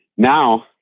Now